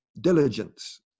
diligence